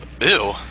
Ew